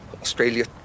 Australia